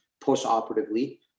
post-operatively